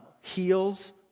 heals